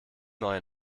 neue